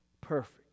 Perfect